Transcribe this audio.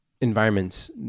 environments